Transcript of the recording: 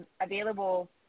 available